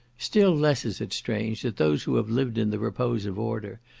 still less is it strange that those who have lived in the repose of order,